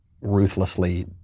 ruthlessly